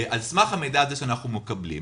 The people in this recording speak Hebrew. על סמך המידע הזה שאנחנו מקבלים,